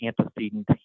antecedent